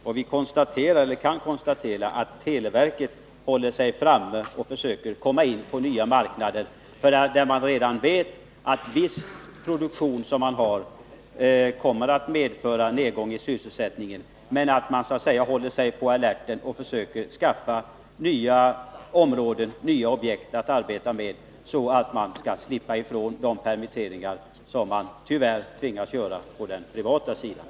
Och vi kan konstatera att televerket håller sig framme och försöker komma in på nya marknader, då det redan vet att det för viss produktion kommer en nedgång i sysselsättningen. Men televerket är alltså på alerten och försöker skaffa sig nya områden och nya objekt att arbeta med för att slippa ifrån de permitteringar som man tyvärr tvingats till på den privata sidan.